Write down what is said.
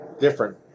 different